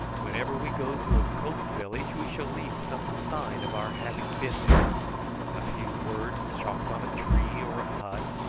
whenever we go to a coast village we shall leave some sign of our having been there a few words chalked on a tree, or a hut,